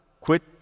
quit